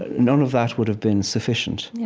ah none of that would have been sufficient, yeah